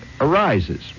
arises